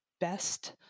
best